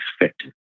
effective